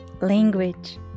Language